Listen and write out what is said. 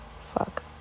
fuck